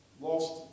lost